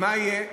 מה יהיה?